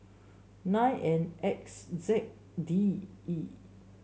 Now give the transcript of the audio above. nine N X Z D E